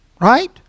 right